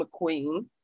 McQueen